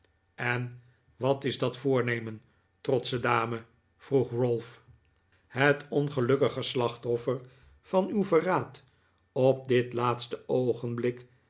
en wat is dat voornemen trotsche dame vroeg ralph het ongelukkige slachtoffer van uw verraad op dit laatste oogenblik